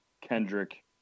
Kendrick